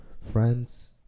friends